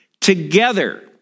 together